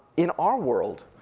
in our world,